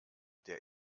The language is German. der